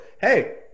hey